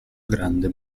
grande